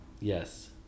Yes